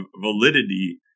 validity